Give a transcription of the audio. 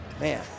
Man